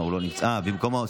חבר הכנסת דן אילוז,